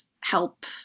help